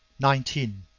nineteen.